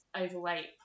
overweight